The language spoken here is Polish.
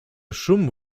szum